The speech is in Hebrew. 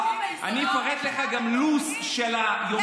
נסעו לאבו דאבי עם העוזרים שלהם?